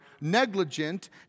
negligent